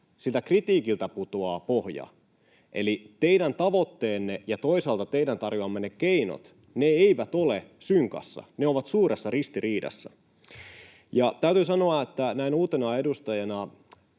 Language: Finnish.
siltä kritiikiltä, putoaa pohja. Eli teidän tavoitteenne ja toisaalta teidän tarjoamanne keinot eivät ole synkassa, ne ovat suuressa ristiriidassa. Täytyy sanoa, että näin uutena edustajana